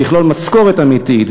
ויכלול משכורת אמיתית,